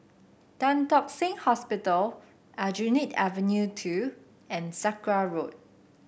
Tan Tock Seng Hospital Aljunied Avenue Two and Sakra Road